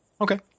okay